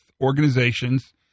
organizations